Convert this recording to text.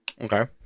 okay